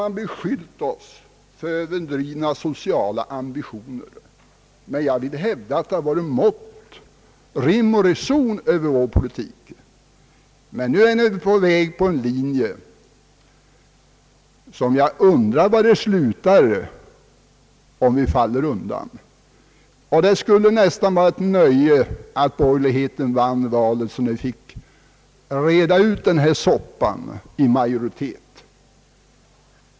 Man har beskyllt oss för överdrivna sociala ambitioner, men jag vill hävda att det varit måtta, rim och reson över vår politik. Nu är ni emellertid på väg på en lin je som jag undrar var den slutar om vi faller undan. Det skulle nästan vara ett nöje att se borgerligheten vinna valet så att ni fick reda ut denna soppa i majoritetsställning.